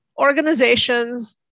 organizations